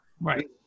right